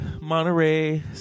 Monterey